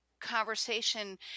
conversation